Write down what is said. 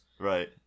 Right